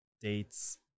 dates